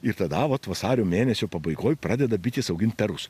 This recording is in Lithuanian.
ir tada vat vasario mėnesio pabaigoj pradeda bitės augint perus